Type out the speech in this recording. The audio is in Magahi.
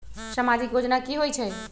समाजिक योजना की होई छई?